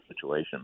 situation